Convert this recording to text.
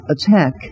attack